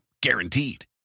Guaranteed